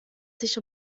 sich